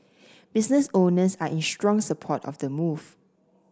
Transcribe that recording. business owners are in strong support of the move